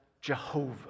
Jehovah